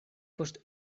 post